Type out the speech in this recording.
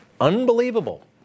unbelievable